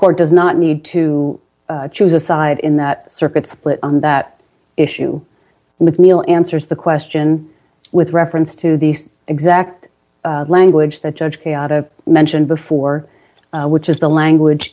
court does not need to choose a side in that circuit split on that issue with neal answers the question with reference to the exact language that judge chaotic mentioned before which is the language